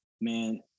man